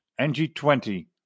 NG20